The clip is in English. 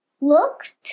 looked